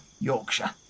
Yorkshire